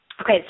Okay